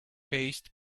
paste